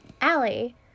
Allie